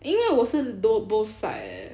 因为我是 d~ both side eh